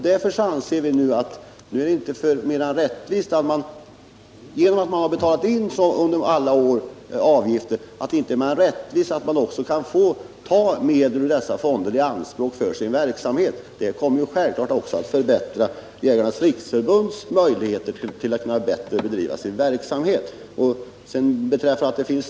Därför anser vi att det inte är mer än rättvist att Jägarnas riksförbund, som betalat avgifter till fonderna under alla år, får ta fondmedel i anspråk för sin verksamhet — det skulle självfallet förbättra förbundets möjligheter att bedriva sitt arbete i fortsättningen.